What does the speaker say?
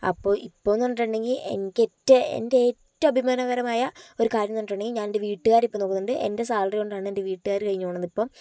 അപ്പോൾ ഇപ്പോൾ എന്ന് പറഞ്ഞിട്ടുണ്ടെങ്കിൽ എനിക്ക് എൻ്റെ ഏറ്റവും അഭിമാനകരമായ ഒരു കാര്യം എന്ന് പറഞ്ഞിട്ടുണ്ടെങ്കിൽ ഞാൻ എൻ്റെ വീട്ടുകാരെ ഇപ്പം നോക്കുന്നുണ്ട് എൻ്റെ സാലറി കൊണ്ടാണ് എൻ്റെ വീട്ടുകാര് കഴിഞ്ഞു പോകുന്നത് ഇപ്പം